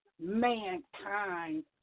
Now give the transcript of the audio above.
mankind